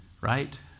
Right